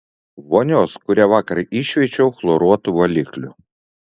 vonios kurią vakar iššveičiau chloruotu valikliu